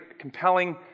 compelling